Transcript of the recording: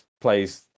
plays